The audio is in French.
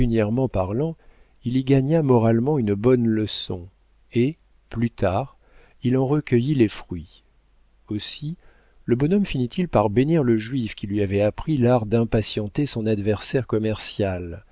parlant il y gagna moralement une bonne leçon et plus tard il en recueillit les fruits aussi le bonhomme finit-il par bénir le juif qui lui avait appris l'art d'impatienter son adversaire commercial